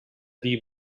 dir